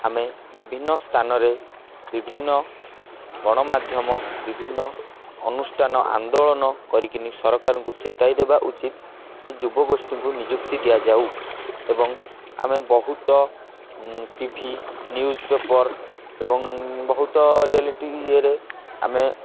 ଆମେ ବିଭିନ୍ନ ସ୍ଥାନରେ ବିଭିନ୍ନ ଗଣମାଧ୍ୟମ ବିଭିନ୍ନ ଅନୁଷ୍ଠାନ ଆନ୍ଦୋଳନ କରିକିନି ସରକାରଙ୍କୁ ଚେତାଇ ଦେବା ଉଚିତ୍ ଯୁବଗୋଷ୍ଠୀଙ୍କୁ ନିଯୁକ୍ତି ଦିଆଯାଉ ଏବଂ ଆମେ ବହୁତ ଟି ଭି ନ୍ୟୁଜ୍ ପେପର ଏବଂ ବହୁତ ରିଆଲିଟି ଇଏରେ ଆମେ